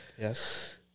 Yes